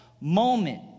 moment